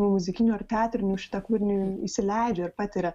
muzikinių ar teatrinių šitą kūrinį įsileidžia ir patiria